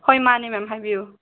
ꯍꯣꯏ ꯃꯥꯅꯦ ꯃꯦꯝ ꯍꯥꯏꯕꯤꯌꯣ